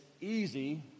easy